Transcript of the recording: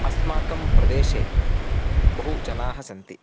अस्माकं प्रदेशे बहुजनाः सन्ति